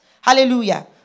Hallelujah